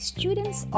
Students